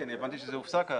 אני הבנתי שזה הופסק.